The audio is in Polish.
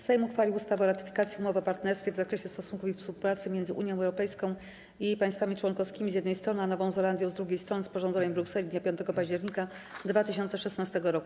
Sejm uchwalił ustawę o ratyfikacji Umowy o partnerstwie w zakresie stosunków i współpracy między Unią Europejską i jej państwami członkowskimi, z jednej strony, a Nową Zelandią, z drugiej strony, sporządzonej w Brukseli dnia 5 października 2016 r.